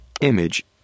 Image